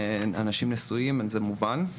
אנשים נשואים וזה מובן.